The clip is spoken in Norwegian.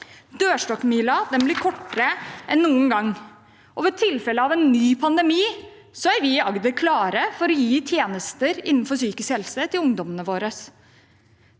Dørstokkmilen blir kortere enn noen gang, og ved tilfelle av en ny pandemi er vi i Agder klare for å gi tjenester innenfor psykisk helse til ungdommene våre.